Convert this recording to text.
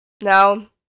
Now